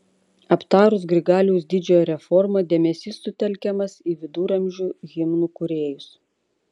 aptarus grigaliaus didžiojo reformą dėmesys sutelkiamas į viduramžių himnų kūrėjus